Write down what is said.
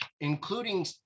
including